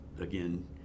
again